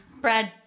Brad